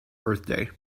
birthday